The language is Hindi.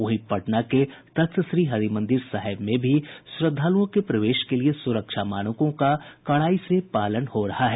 वहीं पटना के तख्त श्रीहरिमंदिर साहिब में भी श्रद्धालुओं के प्रवेश के लिये सुरक्षा मानकों का कड़ाई से पालन किया जा रहा है